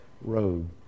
road